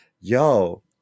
yo